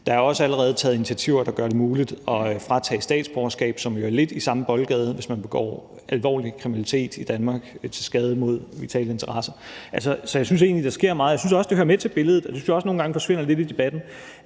Der er også allerede taget initiativer, der gør det muligt at fratage statsborgerskab – hvilket jo er lidt i samme boldgade – hvis man begår alvorlig kriminalitet i Danmark til skade for vitale interesser. Så jeg synes egentlig, der sker meget. Jeg synes også, det hører med til billedet, og det synes jeg også nogle gange forsvinder lidt i debatten,